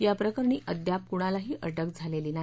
या प्रकरणी अद्यापही कुणालाही अटक झालेली नाही